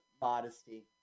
Modesty